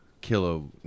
Kilo